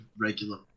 regular